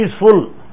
peaceful